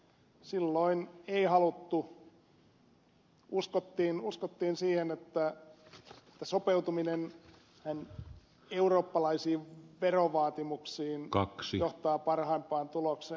silloin ei haluttu uskottiin siihen että sopeutuminen eurooppalaisiin verovaatimuksiin johtaa parhaimpaan tulokseen